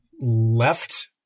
left